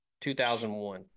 2001